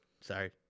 Sorry